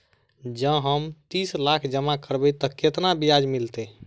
जँ हम तीस लाख जमा करबै तऽ केतना ब्याज मिलतै?